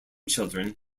children